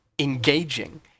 engaging